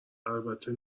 البته